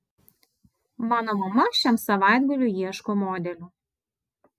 mano mama šiam savaitgaliui ieško modelių